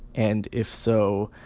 and if so,